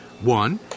One